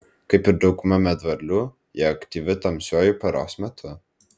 kaip ir dauguma medvarlių ji aktyvi tamsiuoju paros metu